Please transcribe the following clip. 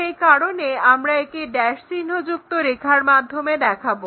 সেই কারণে আমরা একে ড্যাশ চিহ্ন যুক্ত রেখার মাধ্যমে দেখাবো